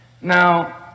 Now